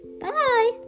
bye